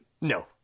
No